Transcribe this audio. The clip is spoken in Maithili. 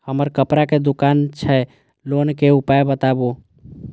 हमर कपड़ा के दुकान छै लोन के उपाय बताबू?